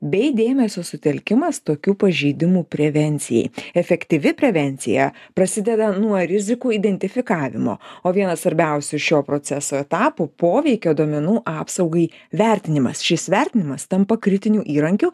bei dėmesio sutelkimas tokių pažeidimų prevencijai efektyvi prevencija prasideda nuo rizikų identifikavimo o vienas svarbiausių šio proceso etapų poveikio duomenų apsaugai vertinimas šis vertinimas tampa kritiniu įrankiu